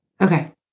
Okay